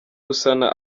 gusana